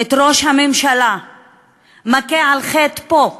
את ראש הממשלה מכה על חטא פה ואומר: